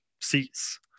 seats